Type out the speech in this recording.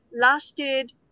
lasted